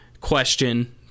question